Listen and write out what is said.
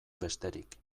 besterik